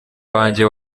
wanjye